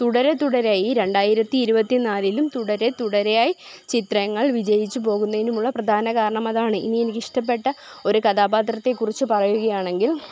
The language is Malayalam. തുടരെ തുടരെ ഈ രണ്ടായിരത്തി ഇരുപത്തിനാലിലും തുടരെ തുടരെയായി ചിത്രങ്ങൾ വിജയിച്ച് പോകുന്നതിനുമുള്ള പ്രധാന കാരണം അതാണ് ഇനി എനിക്കിഷ്ടപ്പെട്ട ഒരു കഥാപാത്രത്തെ കുറിച്ച് പറയുകയാണെങ്കിൽ